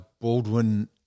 Baldwin